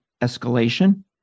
escalation